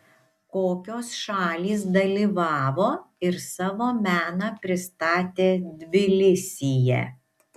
kokios šalys dalyvavo ir savo meną pristatė tbilisyje